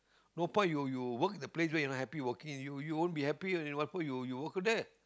no point you you work at a place and you are not happy working you you wont be happy and what for you you work there